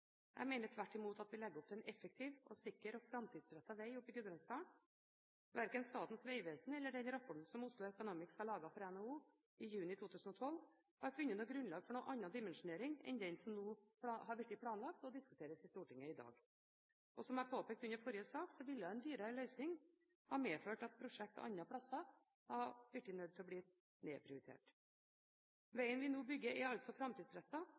Jeg mener tvert imot at vi legger opp til en effektiv, sikker og framtidsrettet veg i Gudbrandsdalen. Verken i Statens vegvesen eller i den rapporten som Oslo Economics laget for NHO i juni 2012, har man funnet grunnlag for en annen dimensjonering enn den som nå har vært planlagt, og som diskuteres i Stortinget i dag. Som jeg påpekte under forrige sak, ville en dyrere løsning ha medført at man hadde vært nødt til å nedprioritere prosjekter andre steder. Vegen vi nå bygger, er